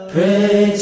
Pray